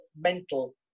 mental